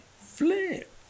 Flip